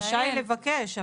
רשאי לבקש,